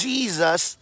Jesus